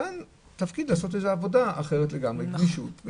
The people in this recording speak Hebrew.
כאן צריך לעשות עבודה אחרת לגמרי, עם גמישות.